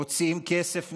מוציאים כסף מישראל,